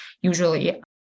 usually